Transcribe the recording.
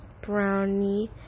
brownie